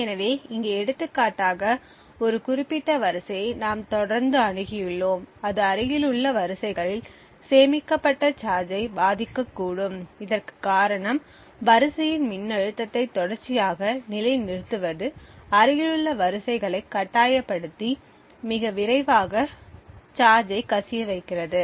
எனவே இங்கே எடுத்துக்காட்டாக ஒரு குறிப்பிட்ட வரிசையை நாம் தொடர்ந்து அணுகியுள்ளோம் அது அருகிலுள்ள வரிசைகளில் சேமிக்கப்பட்ட சார்ஜை பாதிக்கக்கூடும் இதற்குக் காரணம் வரிசையின் மின்னழுத்தத்தை தொடர்ச்சியாக நிலைநிறுத்துவது அருகிலுள்ள வரிசைகளைத் கட்டாயப்படுத்தி மிக விரைவாக சார்ஜை கசிய வைக்கிறது